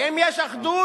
ואם יש אחדות,